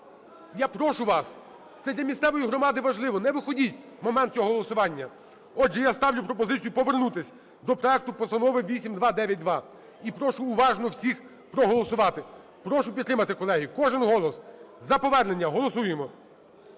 Я прошу вас. Це для місцевої громади важливо. Не виходіть в момент цього голосування. Отже, я ставлю пропозицію повернутись до проекту постанови 8292. І прошу уважно всіх проголосувати. Прошу підтримати, колеги. Кожен голос. За повернення голосуємо.